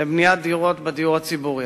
לבניית דירות בדיור הציבורי.